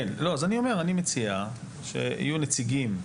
אני מציע שיהיו נציגים.